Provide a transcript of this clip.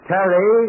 Terry